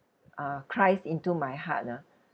uh christ into my heart ah